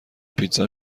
پیتزا